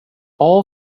all